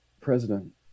president